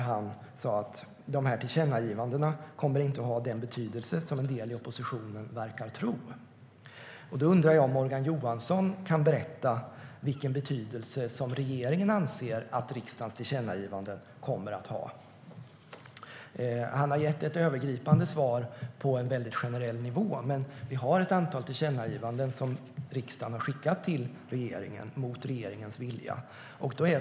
Han sa att dessa tillkännagivanden inte kommer att ha den betydelse som en del i oppositionen verkar tro. Jag undrar om Morgan Johansson kan berätta vilken betydelse regeringen anser att riksdagens tillkännagivande kommer att ha. Han har gett ett övergripande svar på en generell nivå, men vi har ett antal tillkännagivanden som riksdagen har skickat till regeringen mot regeringens vilja.